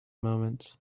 moments